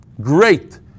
Great